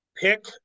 Pick